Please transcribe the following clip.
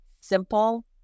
simple